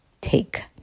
take